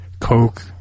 Coke